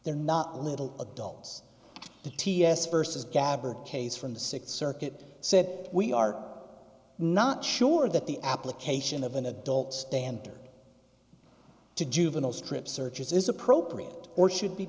they're not little adults the ts vs gabbert case from the sixth circuit said we are not sure that the application of an adult standard to juvenile strip searches is appropriate or should be